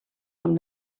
amb